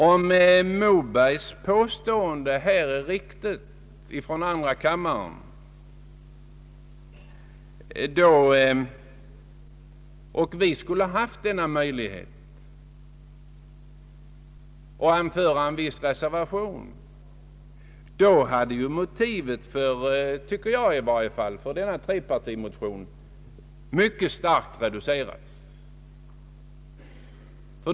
Om herr Mobergs påstående i andra kammaren är riktigt och vi skulle ha haft denna möjlighet att anföra en viss reservation, då hade motivet, tycker jag i varje fall, för denna trepartimotion mycket starkt reducerats.